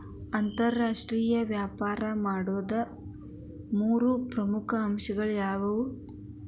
ಅಂತರಾಷ್ಟ್ರೇಯ ವ್ಯಾಪಾರ ಮಾಡೋದ್ ಮೂರ್ ಪ್ರಮುಖ ಅಂಶಗಳು ಯಾವ್ಯಾವು?